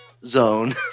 zone